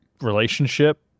relationship